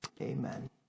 Amen